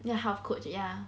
the health coach ya